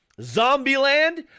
Zombieland